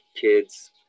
kids